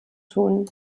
tun